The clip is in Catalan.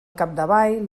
capdavall